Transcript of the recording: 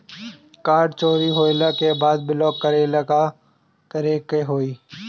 Card चोरी होइला के बाद ब्लॉक करेला का करे के होई?